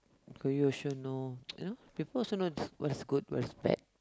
so you should know people should know what's good what's bad